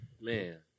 man